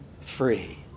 free